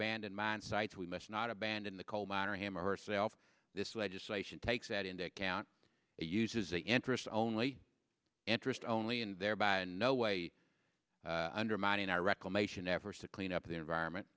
band and mine sites we must not abandon the coal miner him or herself this legislation takes that into account uses a interest only interest only and thereby no way undermining our reclamation efforts to clean up the environment